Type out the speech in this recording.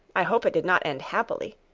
i hope it did not end happily?